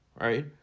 right